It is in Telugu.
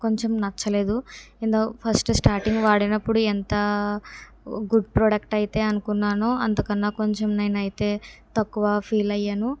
కొంచెం నచ్చలేదు ఏందో ఫస్ట్ స్టార్టింగ్ వాడినప్పుడు ఎంత గుడ్ ప్రోడక్ట్ అయితే అనుకున్నాను అంత కన్నా కొంచెం నేనైతే తక్కువ ఫీల్ అయ్యాను